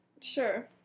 Sure